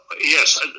yes